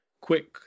quick